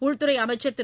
உள்துறை அமைச்சர் திரு